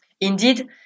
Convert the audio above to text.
Indeed